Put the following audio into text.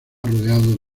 rodeado